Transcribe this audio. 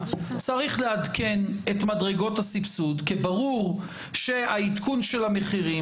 צריך לעדכן את מדרגות הסבסוד כי ברור שהעדכון של המחירים